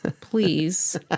Please